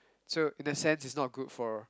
so in a sense it's not good for